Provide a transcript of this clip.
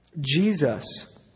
Jesus